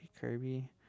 Kirby